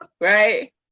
Right